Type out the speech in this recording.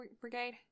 brigade